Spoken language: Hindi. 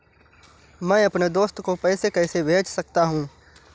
मैं अपने दोस्त को पैसे कैसे भेज सकता हूँ?